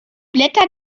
blätter